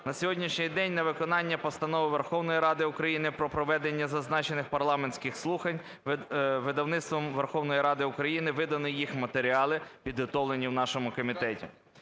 На сьогоднішній день на виконання Постанови Верховної Ради України про проведення зазначених парламентських слухань видавництвом Верховної Ради України видані їх матеріали, підготовлені в нашому комітеті.